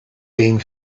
being